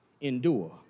endure